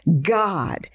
God